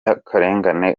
akarengane